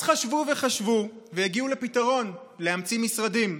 אז חשבו וחשבו והגיעו לפתרון: להמציא משרדים.